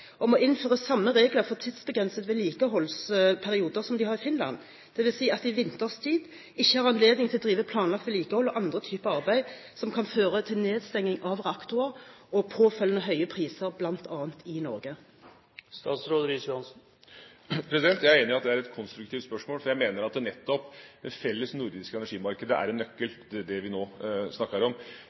å innføre samme regler for tidsbegrensede vedlikeholdsperioder som de har i Finland, dvs. at de vinterstid ikke har anledning til å drive planlagt vedlikehold og andre typer arbeid som kan føre til nedstenging av reaktorer og påfølgende høye priser bl.a. i Norge? Jeg er enig i at det er et konstruktivt spørsmål, for jeg mener at nettopp det felles nordiske energimarkedet er en nøkkel i det vi nå snakker om.